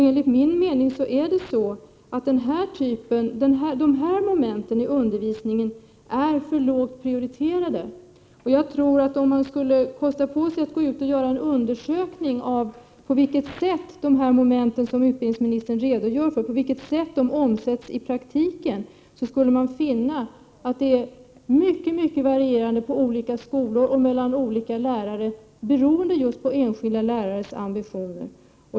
Enligt min mening är dessa moment i undervisningen för lågt prioriterade. Om man skulle kosta på sig att göra en undersökning av på vilket sätt de moment som statsrådet redogjorde för omsätts i praktiken, så tror jag att man skulle finna att det är mycket varierande mellan olika skolor och mellan olika lärare, beroende just på enskilda lärares ambitioner.